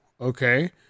okay